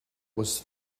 was